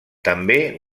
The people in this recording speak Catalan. també